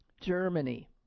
Germany